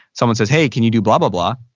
someone says, hey can you do blah blah blah?